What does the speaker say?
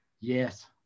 Yes